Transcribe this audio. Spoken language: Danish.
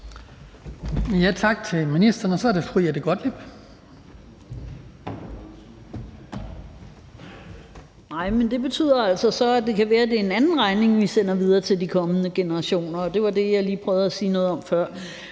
Tak til ministeren. Så er det fru Jette Gottlieb. Kl. 18:44 Jette Gottlieb (EL): Det betyder altså så, at det kan være, at det er en anden regning, vi sender videre til de kommende generationer, og det var det, jeg lige prøvede at sige noget om før.